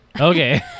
Okay